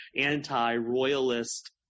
anti-royalist